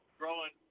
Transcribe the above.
growing